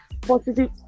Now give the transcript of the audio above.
Positive